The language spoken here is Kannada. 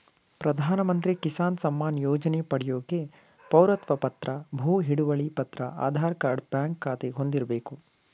ಪ್ರಧಾನಮಂತ್ರಿ ಕಿಸಾನ್ ಸಮ್ಮಾನ್ ಯೋಜನೆ ಪಡ್ಯೋಕೆ ಪೌರತ್ವ ಪತ್ರ ಭೂ ಹಿಡುವಳಿ ಪತ್ರ ಆಧಾರ್ ಕಾರ್ಡ್ ಬ್ಯಾಂಕ್ ಖಾತೆ ಹೊಂದಿರ್ಬೇಕು